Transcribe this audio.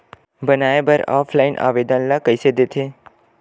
बनाये बर ऑफलाइन आवेदन का कइसे दे थे?